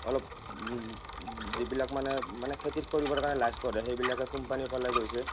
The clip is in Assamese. অলপ যিবিলাক মানে মানে খেতি কৰিবৰ কাৰণে লাজ কৰে সেইবিলাকে কোম্পানীৰ ফালে গৈছে